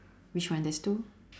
which one there's two